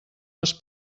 les